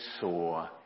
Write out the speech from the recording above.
saw